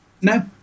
no